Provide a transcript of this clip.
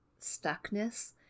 stuckness